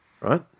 right